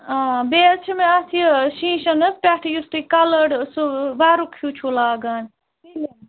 آ بیٚیہِ حظ چھِ مےٚ اَتھ یہِ شیٖشَن حظ پٮ۪ٹھٕ یُس تُہۍ کَلٲڑۍ سُہ وَرُق ہیُو چھُو لاگان